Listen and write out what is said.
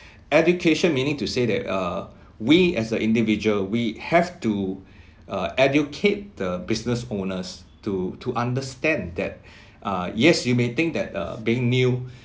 education meaning to say that err we as a individual we have to uh educate the business owners to to understand that uh yes you may think that uh being new